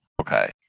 Okay